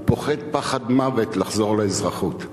הוא פוחד פחד מוות לחזור לאזרחות.